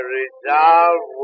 resolve